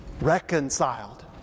reconciled